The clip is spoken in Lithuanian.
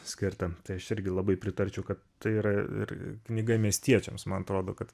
skirta tai aš irgi labai pritarčiau kad tai yra ir knyga miestiečiams man atrodo kad